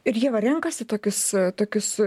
ir ieva renkasi tokius tokius